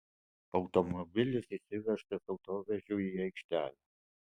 automobilis išvežtas autovežiu į aikštelę